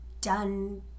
done